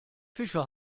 fischer